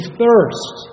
thirst